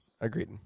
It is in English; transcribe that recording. agreed